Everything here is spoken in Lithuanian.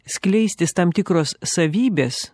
skleistis tam tikros savybės